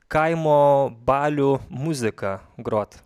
kaimo balių muziką grot